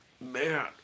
man